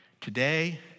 Today